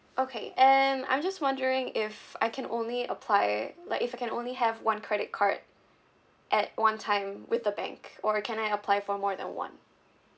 okay and I'm just wondering if I can only apply like if I can only have one credit card at one time with the bank or can I apply for more than one